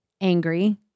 angry